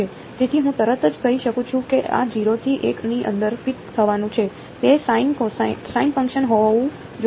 તેથી હું તરત જ કહી શકું છું કે આ 0 થી l ની અંદર ફિટ થવાનું છે તે સાઈન ફંક્શન હોવું જોઈએ